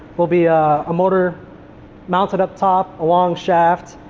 will be a motor mounted up top. a long shaft.